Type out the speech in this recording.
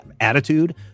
attitude